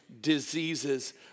diseases